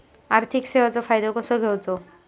आर्थिक सेवाचो फायदो कसो घेवचो?